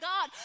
God